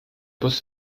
bus